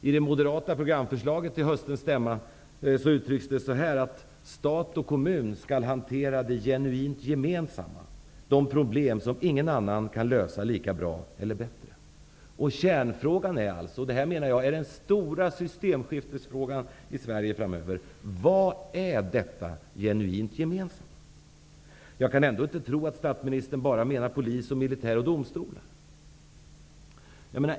I det moderata programförslaget till höstens stämma uttrycks det som att staten och kommunen skall hantera det genuint gemensamma, de problem som ingen kan lösa lika bra eller bättre. Den stora systemskiftesfrågan framöver är: Vad är detta genuint gemensamma? Jag kan ändå inte tro att statsministern bara menar polis, militär och domstol.